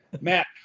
matt